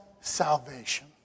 salvation